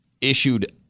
issued